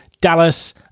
Dallas